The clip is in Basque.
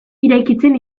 irakiten